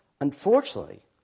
Unfortunately